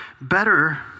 better